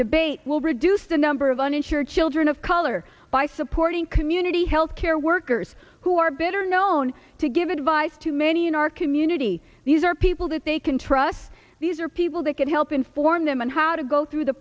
debate will reduce the number of uninsured children of color by supporting community health care workers who are better known to give advice to many in our community these are people that they can trust these are people that can help inform them on how to go through the